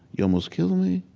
you almost kill me,